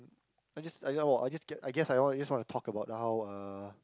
I just well I just get I guess I just just want to talk about how uh